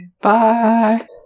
Bye